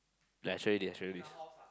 I show you this I show you this